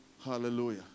Hallelujah